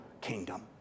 kingdom